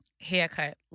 haircut